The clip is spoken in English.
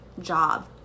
job